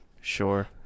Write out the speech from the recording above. Sure